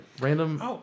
Random